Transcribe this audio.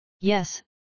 Yes